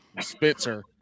Spitzer